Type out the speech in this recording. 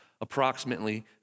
approximately